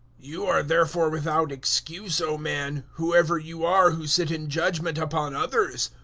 you are therefore without excuse, o man, whoever you are who sit in judgement upon others.